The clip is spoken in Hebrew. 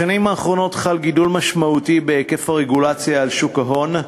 בשנים האחרונות חל גידול משמעותי בהיקף הרגולציה על שוק ההון,